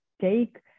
take